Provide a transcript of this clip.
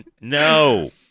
No